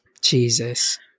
jesus